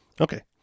Okay